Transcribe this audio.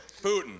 Putin